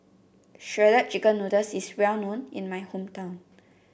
Shredded Chicken Noodles is well known in my hometown